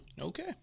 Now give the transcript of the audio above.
okay